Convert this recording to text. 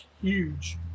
Huge